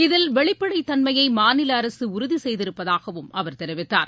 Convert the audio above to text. இதில் வெளிப்படைத் தன்மையை மாநில அரசு உறுதி செய்திருப்பதாகவும் அவர் தெரிவித்தார்